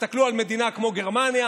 תסתכלו על מדינה כמו גרמניה,